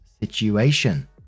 situation